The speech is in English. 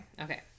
okay